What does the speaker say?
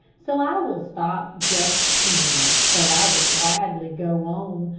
so i will stop just here, though i would gladly go on,